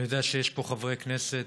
אני יודע שיש פה חברי כנסת,